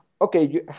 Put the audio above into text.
okay